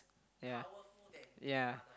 yeah yeah